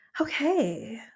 Okay